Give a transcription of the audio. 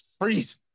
Freeze